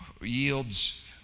yields